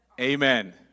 Amen